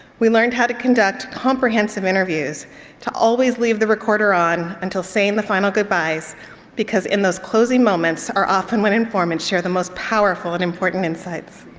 we learned how to conduct comprehensive interviews to always leave the recorder on until saying the final goodbyes because in those closing moments are often when informants share the most powerful and important insights.